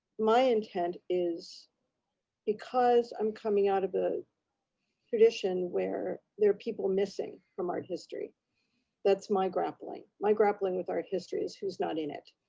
my intent is because i'm coming out of a tradition where there are people missing from art history that's my grappling. my grappling with art history is who's not in it,